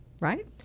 right